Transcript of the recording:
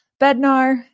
Bednar